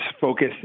focus